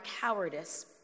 cowardice